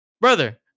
Brother